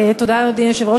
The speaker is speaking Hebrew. תודה, אדוני היושב-ראש.